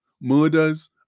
murders